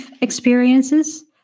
experiences